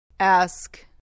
Ask